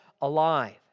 alive